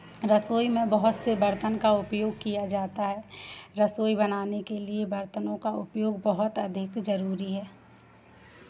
रसोई में बहुत से बर्तन का उपयोग किया जाता है रसोई बनाने के लिए बर्तनों का उपयोग बहुत अधिक ज़रूरी है